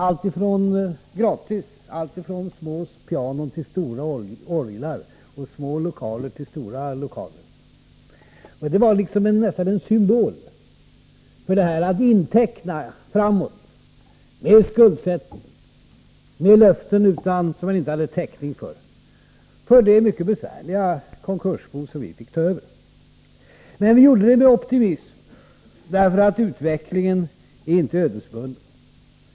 Det var allt från små pianon och små lokaler till stora orglar och stora lokaler —- gratis. Denna metod att inteckna framåt med åtföljande skuldsättning och att ge löften utan täckning var nästan som en symbol för det konkursbo som vi fick ta över. Men vi grep oss uppgiften an med optimism, ty utvecklingen är inte ödesbunden.